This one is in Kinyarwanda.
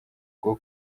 bwo